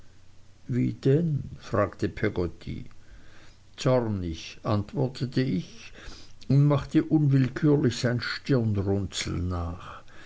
wie denn fragte peggotty zornig antwortete ich und machte unwillkürlich sein stirnrunzeln nach